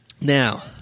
now